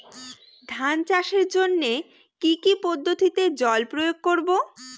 ধান চাষের জন্যে কি কী পদ্ধতিতে জল প্রয়োগ করব?